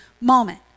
moment